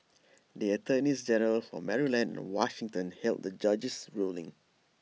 the attorneys general for Maryland and Washington hailed the judge's ruling